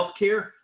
healthcare